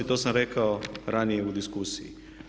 To sam rekao ranije u diskusiji.